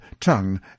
tongue